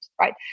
right